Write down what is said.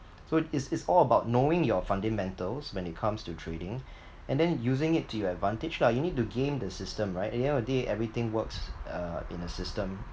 so it's it's all about knowing your fundamentals when it comes to trading and then using it to your advantage lah you need to game the system right at the end of the day everything works uh in a system